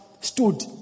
stood